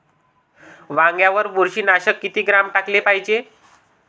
वांग्यावर बुरशी नाशक किती ग्राम टाकाले पायजे?